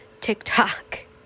TikTok